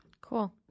Cool